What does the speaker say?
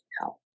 help